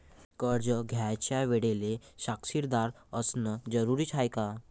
कर्ज घ्यायच्या वेळेले साक्षीदार असनं जरुरीच हाय का?